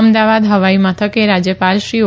અમદાવાદ હવાઈ મથકે રાજ્યપાલ શ્રી ઓ